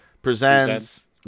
Presents